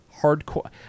hardcore